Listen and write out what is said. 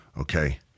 okay